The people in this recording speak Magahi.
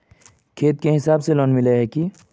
खेत के हिसाब से लोन मिले है की?